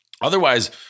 Otherwise